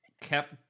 kept